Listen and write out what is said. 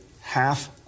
half